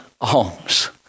homes